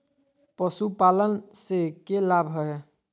पशुपालन से के लाभ हय?